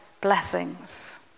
blessings